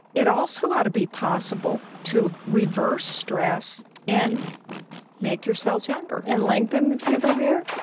it also ought to be possible to reverse stress and make your cells younger and lengthen the telomere?